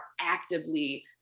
actively